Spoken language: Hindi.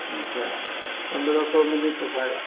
अच्छा पंद्रह सौ में नय पोसाएगा